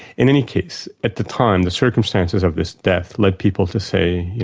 in any case, at the time, the circumstances of this death led people to say,